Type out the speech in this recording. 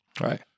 Right